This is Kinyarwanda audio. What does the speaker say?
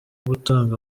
gutanga